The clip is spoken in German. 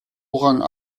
orang